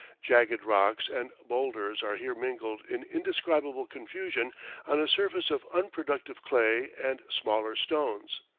jagged rocks and bowlders are here mingled in indescribable confusion on a surface of unproductive clay and smaller stones.